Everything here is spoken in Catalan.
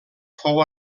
fou